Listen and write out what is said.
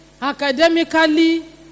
academically